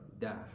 die